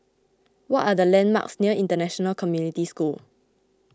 what are the landmarks near International Community School